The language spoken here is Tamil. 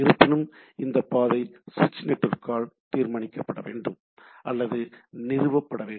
இருப்பினும் இந்த பாதை சுவிட்ச் நெட்வொர்க்கால் தீர்மானிக்கப்பட வேண்டும் அல்லது நிறுவப்பட வேண்டும்